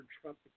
Trump